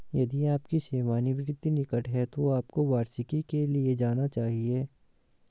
यदि आपकी सेवानिवृत्ति निकट है तो आपको वार्षिकी के लिए जाना चाहिए